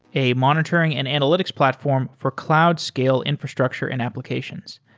a monitoring and analytics platform for cloud scale infrastructure and applications.